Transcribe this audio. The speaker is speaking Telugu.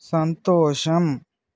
సంతోషం